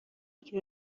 یکی